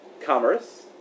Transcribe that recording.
commerce